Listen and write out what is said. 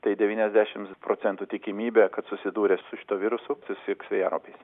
tai devyniasdešim procentų tikimybė kad susidūrė su šituo virusu susirgs vėjaraupiais